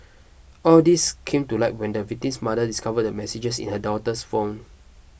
all these came to light when the victim's mother discovered the messages in her daughter's phone